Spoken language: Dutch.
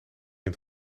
het